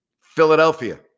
Philadelphia